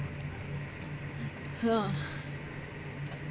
!huh!